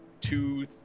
two